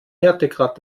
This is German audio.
härtegrad